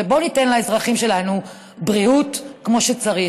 ובואו ניתן לאזרחים שלנו בריאות כמו שצריך.